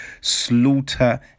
slaughter